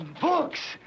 books